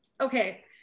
okay